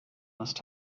must